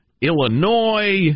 Illinois